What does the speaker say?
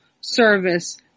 service